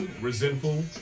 resentful